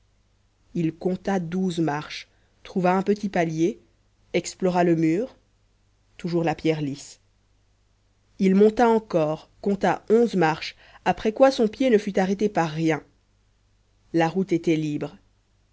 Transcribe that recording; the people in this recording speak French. il compta douze marches trouva un petit palier explora le mur toujours la pierre lisse il monta encore compta onze marches après quoi son pied ne fût arrêté par rien la route était libre